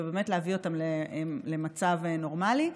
להביא אותם למצב נורמלי.